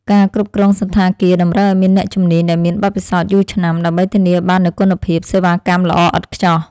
ការគ្រប់គ្រងសណ្ឋាគារតម្រូវឱ្យមានអ្នកជំនាញដែលមានបទពិសោធន៍យូរឆ្នាំ ដើម្បីធានាបាននូវគុណភាពសេវាកម្មល្អឥតខ្ចោះ។